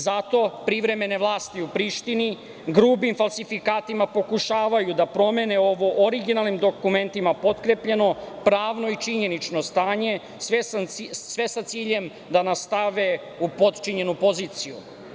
Zato privremene vlasti u Prištini grubim falsifikatima pokušavaju da promene ovo, originalnim dokumentima potkrepljeno pravno i činjenično stanje, sve sa ciljem da nas stave u potčinjenu poziciju.